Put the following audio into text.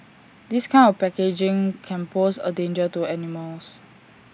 this kind of packaging can pose A danger to animals